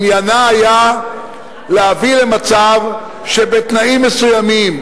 עניינה היה להביא למצב שבתנאים מסוימים,